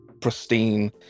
pristine